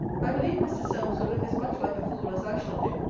i believe mr. solmes will look as much like a fool as i shall do,